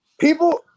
People